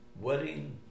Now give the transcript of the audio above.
wedding